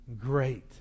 Great